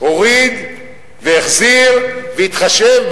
הוריד והחזיר והתחשב,